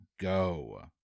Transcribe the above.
go